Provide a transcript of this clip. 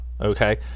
okay